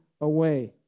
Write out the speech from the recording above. away